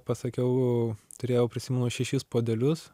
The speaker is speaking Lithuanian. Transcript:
pasakiau turėjau prisimenu šešis puodelius